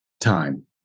time